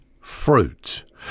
fruit